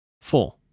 Four